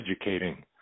educating